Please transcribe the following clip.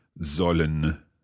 sollen